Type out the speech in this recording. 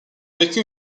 vécu